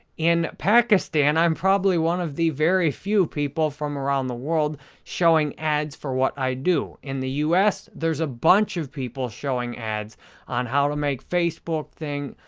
in pakistan, i'm probably one of the very few people from around the world showing ads for what i do. in the us, there's a bunch of people showing ads on how to make facebook things,